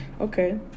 Okay